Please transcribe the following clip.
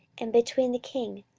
and between the king,